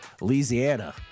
Louisiana